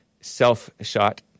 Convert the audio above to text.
self-shot